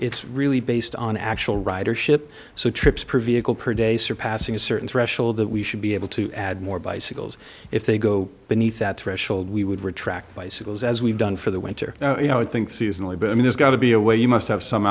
it's really based on actual ridership so trips per vehicle per day surpassing a certain threshold that we should be able to add more bicycles if they go beneath that threshold we would retract bicycles as we've done for the winter you know i think seasonally but i mean there's got to be a way you must have some